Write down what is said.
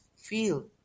feel